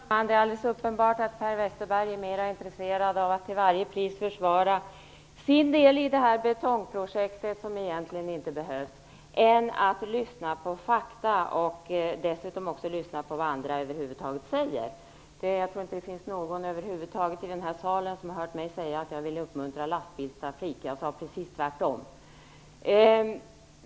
Herr talman! Det är alldeles uppenbart att Per Westerberg är mer intresserad av att till varje pris försvara sin del i detta betongprojekt som egentligen inte behövs än av att lyssna på fakta och på vad andra säger. Jag tror över huvud taget inte att det finns någon i den här salen som har hört mig säga att jag vill uppmuntra lastbilstrafik. Jag sade precis tvärtom.